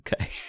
Okay